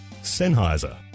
Sennheiser